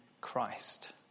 Christ